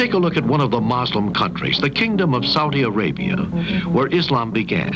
take a look at one of the moslem countries the kingdom of saudi arabia where islam began